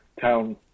town